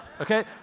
okay